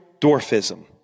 dwarfism